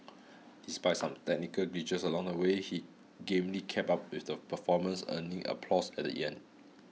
despite some technical glitches along the way he gamely kept up with the performance earning applause at end